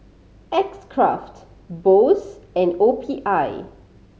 X Craft Bose and O P I